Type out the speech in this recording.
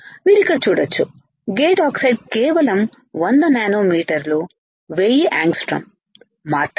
మీరు ఇక్కడ చూడవచ్చు గేట్ ఆక్సైడ్ కేవలం 100 నానోమీటర్ 1000 యాంగ్స్ట్రోమ్ మాత్రమే